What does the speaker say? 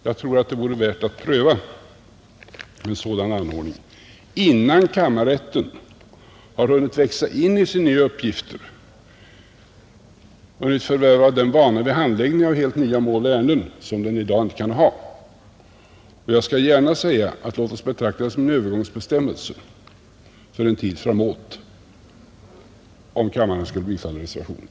Jag tror att det vore värt att pröva en sådan anordning innan kammarrätterna hunnit växa in i sina nya uppgifter och förvärvat den vana vid handläggningen av de helt nya målen och ärendena som de i dag inte kan ha. Låt oss gärna säga att det skulle betraktas som en övergångsbestämmelse för en tid framöver, om kammaren skulle bifalla reservationen.